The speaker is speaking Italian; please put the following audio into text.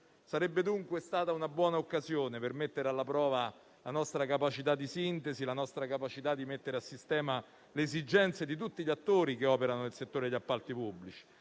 Sarebbe dunque stata una buona occasione per mettere alla prova la nostra capacità di sintesi e di mettere a sistema le esigenze di tutti gli attori che operano nel settore degli appalti pubblici.